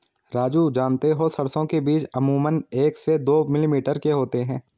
राजू जानते हो सरसों के बीज अमूमन एक से दो मिलीमीटर के होते हैं